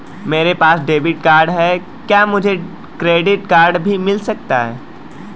मेरे पास debit card है क्या मुझे क्रेडिट कार्ड भी मिल सकता है?